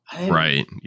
Right